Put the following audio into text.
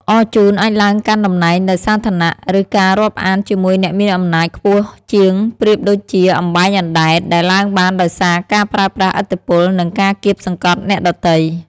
អរជូនអាចឡើងកាន់តំណែងដោយសារឋានៈ ឬការរាប់អានជាមួយអ្នកមានអំណាចខ្ពស់ជាងប្រៀបដូចជា "អំបែងអណ្ដែត" ដែលឡើងបានដោយសារការប្រើប្រាស់ឥទ្ធិពល និងការកៀបសង្កត់អ្នកដទៃ។